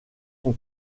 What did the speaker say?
son